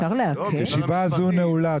הישיבה הזו נעולה.